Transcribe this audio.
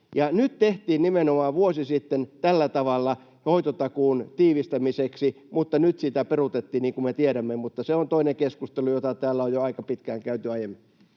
tehtiin nimenomaan tällä tavalla hoitotakuun tiivistämiseksi, mutta nyt sitä peruutettiin, niin kuin me tiedämme. Mutta se on toinen keskustelu, jota täällä on jo aika pitkään käyty aiemmin.